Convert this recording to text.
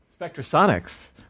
Spectrasonics